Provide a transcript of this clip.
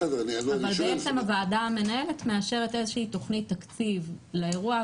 בסדר --- בעצם הוועדה המנהלת מאשרת תוכנית תקציב לאירוע,